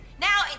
Now